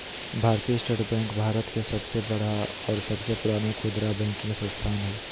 भारतीय state bank Bharat के सबसे बड़ा और सबसे पुराना खुदरा बैंकिंग संस्थान हइ